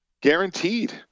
Guaranteed